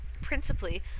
Principally